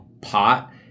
pot